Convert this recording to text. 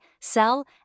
sell